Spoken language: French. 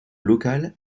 locale